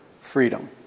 freedom